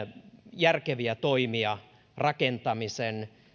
järkeviä toimia rakentamisen